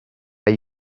are